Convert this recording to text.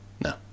no